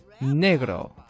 Negro